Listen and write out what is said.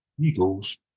Eagles